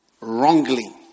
wrongly